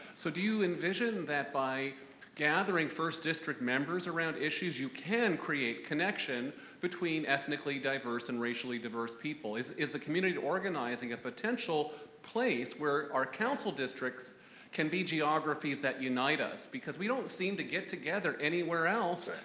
so do you envision that by gathering first district members around issues you can create connection between ethnically diverse and racially diverse people? is is the community organizing a potential place where our council districts can be geographies that unite us? because we don't seem to get together anywhere else.